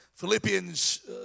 Philippians